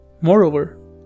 Moreover